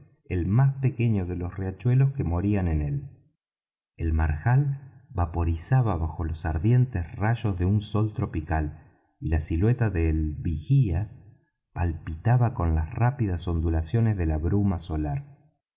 el más pequeño de los riachuelos que morían en él el marjal vaporizaba bajo los ardientes rayos de un sol tropical y la silueta del vigía palpitaba con las rápidas ondulaciones de la bruma solar